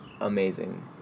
amazing